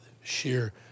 sheer